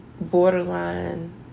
borderline